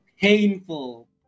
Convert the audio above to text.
painful